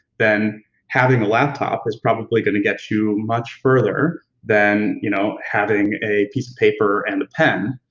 then having a laptop is probably gonna get you much further than you know having a piece of paper and a pen,